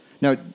Now